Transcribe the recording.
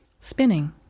Spinning